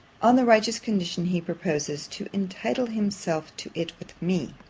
on the righteous condition he proposes to entitle himself to it with me.